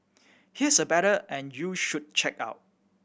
here's a better and you should check out